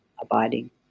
abiding